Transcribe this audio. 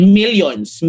millions